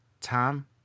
Tom